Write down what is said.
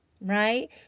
right